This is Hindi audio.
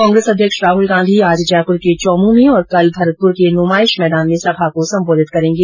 कांग्रेस अध्यक्ष राहुल गांधी आज जयपुर के चौमू में और कल भरतपुर के नुमाइश मैदान में सभा को संबोधित करेंगे